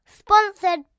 sponsored